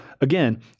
again